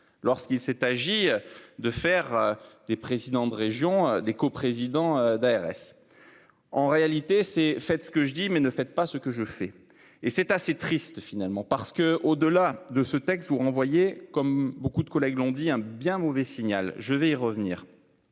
lorsqu'il s'est agi de faire des présidents de région des coprésidents d'ARS. En réalité c'est faites ce que je dis, mais ne faites pas ce que je fais et c'est assez triste finalement parce que au delà de ce texte vous renvoyer comme beaucoup de collègues Blondy un bien mauvais signal. Je vais revenir.